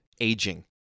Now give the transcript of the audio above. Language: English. aging